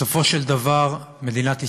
בסופו של דבר, מדינת ישראל,